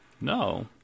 No